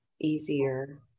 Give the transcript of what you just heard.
easier